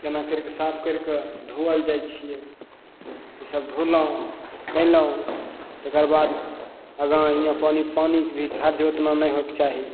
एना करिेके साफ करिके धोवल जाइ छियै ई सब धोलहुँ कयलहुँ तकरबाद आगा इएह पानि भी खर्च ओतना नहि होइके चाही